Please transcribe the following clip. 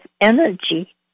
energy